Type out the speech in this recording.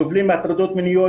סובלים מהטרדות מיניות,